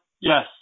Yes